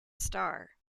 star